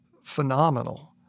phenomenal